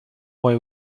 why